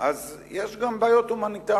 אז יש גם בעיות הומניטריות.